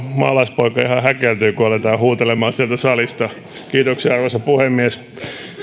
maalaispoika ihan häkeltyy kun aletaan huutelemaan sieltä salista kiitoksia arvoisa puhemies